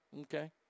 Okay